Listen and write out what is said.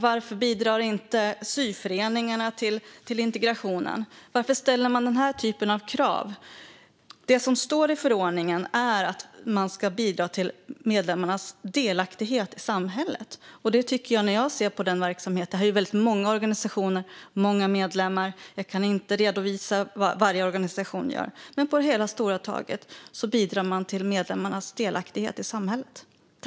Varför bidrar inte syföreningarna till integrationen? Varför ställer man den här typen av krav? Det som står i förordningen är att föreningarna ska bidra till medlemmarnas delaktighet i samhället. Det är väldigt många organisationer och många medlemmar. Jag kan inte redovisa vad varje organisation gör. Men på det stora hela bidrar de till medlemmarnas delaktighet i samhället.